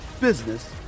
business